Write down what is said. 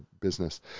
business